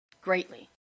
Greatly